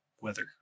weather